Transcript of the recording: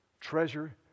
treasure